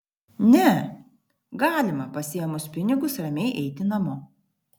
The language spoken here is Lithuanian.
ne galima pasiėmus pinigus ramiai eiti namo